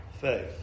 faith